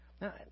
Now